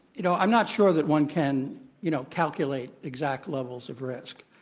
you know, i'm not sure that one can you know calculate exact levels of risk.